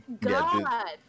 God